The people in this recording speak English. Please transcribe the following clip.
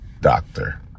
doctor